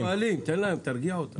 הם מבוהלים, תרגיע אותם.